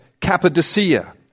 Cappadocia